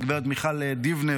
גב' מיכל דיבנר,